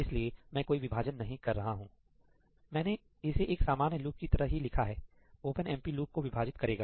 इसलिए मैं कोई विभाजन नहीं कर रहा हूं मैंने इसे एक सामान्य लूप की तरह ही लिखा है ओपनएमपी लूप को विभाजित करेगा